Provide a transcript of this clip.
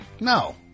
No